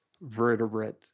vertebrate